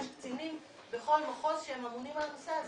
יש קצינים בכל מחוז שממונים על הנושא הזה.